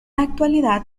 actualidad